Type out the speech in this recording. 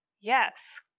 Yes